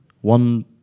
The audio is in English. one